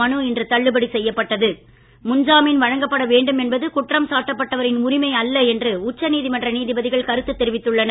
மவு இன்று தள்ளுபடி முன்ஜாமீன் வழங்கப்படவேண்டும் என்பது குற்றம் சாட்டப்பட்டவரின் உரிமை அல்ல என்று உச்ச நீதிமன்ற நீதிபதிகள் கருத்து தெரிவித்துள்ளனர்